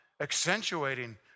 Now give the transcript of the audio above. accentuating